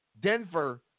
Denver